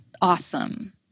awesome